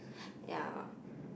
ya